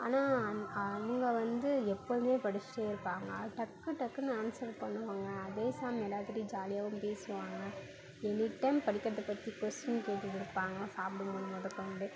ஆனால் அன் அவங்க வந்து எப்போதுமே படிஷ்ட்டே இருப்பாங்க டக்கு டக்குன்னு ஆன்சரு பண்ணுவாங்க அதே சமயயோம் எல்லார்கிட்டையும் ஜாலியாகவும் பேசுவாங்க எனி டைம் படிக்கறதை பற்றி கொஸ்டின் கேட்டுகிட்டு இருப்பாங்க சாப்பிடமோதும் முத கொண்டு